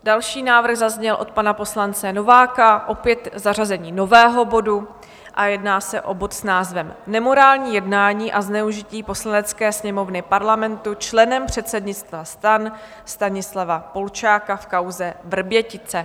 Další návrh zazněl od pana poslance Nováka, opět zařazení nového bodu, a jedná se o bod s názvem Nemorální jednání a zneužití Poslanecké sněmovny Parlamentu členem předsednictva STAN Stanislava Polčáka v kauze Vrbětice.